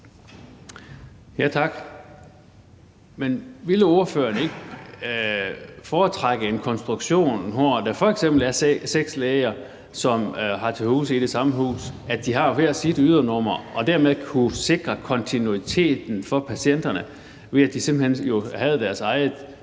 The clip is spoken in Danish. Tak. Men ville ordføreren ikke foretrække en konstruktion, hvor f.eks. seks læger, der har til huse i samme hus, havde hver sit ydernummer og dermed kunne sikre kontinuiteten for patienterne ved, at de simpelt hen jo havde deres eget